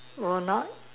will not